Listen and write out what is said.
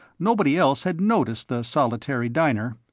nobody else had noticed the solitary diner.